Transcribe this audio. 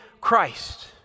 Christ